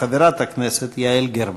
חברת הכנסת יעל גרמן.